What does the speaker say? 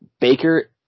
Baker